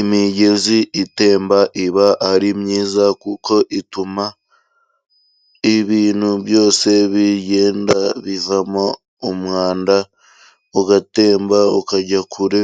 Imigezi itemba iba ari myiza kuko ituma ibintu byose bigenda bivamo umwanda ugatemba ukajya kure,